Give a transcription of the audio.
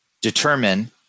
determine